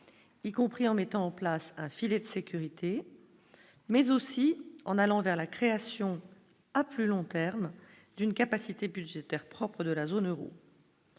y compris en mettant en place un filet de sécurité, mais aussi en allant vers la création, à plus long terme, d'une capacité budgétaire propres de la zone Euro.